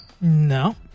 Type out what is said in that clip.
No